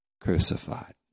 crucified